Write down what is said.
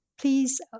please